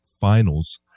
finals